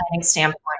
standpoint